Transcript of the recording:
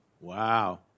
Wow